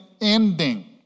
ending